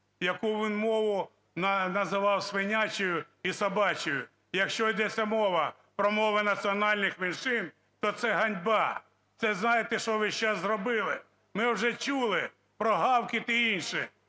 Яку він мову називав "свинячою" і "собачою", якщо ідеться мова про мови національних меншин, то це ганьба. Це знаєте, що ви сейчас зробили? Ми вже чули про гавкіт і інше,